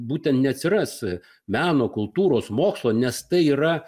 būtent neatsiras meno kultūros mokslo nes tai yra